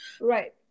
Right